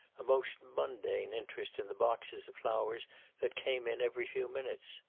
a most mundane interest in the boxes of flowers that came in every few minutes.